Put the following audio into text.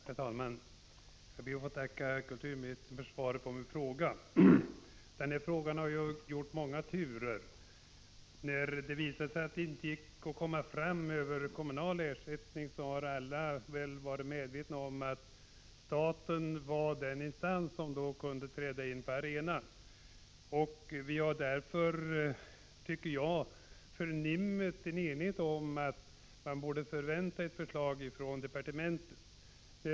Herr talman! Jag ber att få tacka kulturministern för svaret på min fråga. Denna fråga har gjort många turer. När det visade sig att det inte gick att komma fram via kommunal ersättning var alla medvetna om att staten var den instans som kunde träda in på arenan. Det har befunnits att det råder enighet om att man borde kunna förvänta ett förslag från departementet.